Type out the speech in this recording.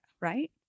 right